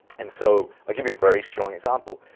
and so i'll give you a very strong example.